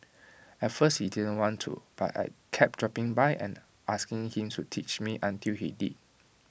at first he didn't want to but I kept dropping by and asking him to teach me until he did